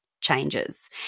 changes